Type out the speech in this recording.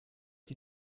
die